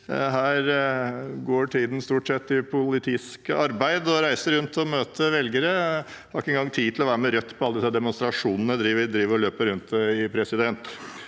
Her går tiden stort sett til politisk arbeid og å reise rundt og møte velgere. Jeg har ikke engang tid til å være med Rødt på alle disse demonstrasjonene